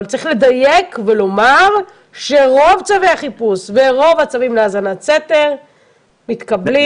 אבל צריך לדייק ולומר שרוב צווי החיפוש ורוב הצווים להאזנת סתר מתקבלים.